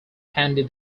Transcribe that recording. candy